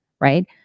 right